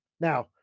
Now